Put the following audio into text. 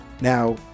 Now